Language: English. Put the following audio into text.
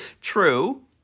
true